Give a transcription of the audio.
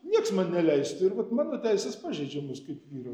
nieks man neleistų ir vat mano teisės pažeidžiamos kaip vyro